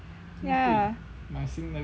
ya